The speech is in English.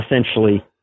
essentially